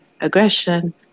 aggression